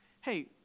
hey